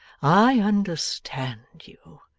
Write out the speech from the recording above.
i understand you.